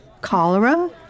Cholera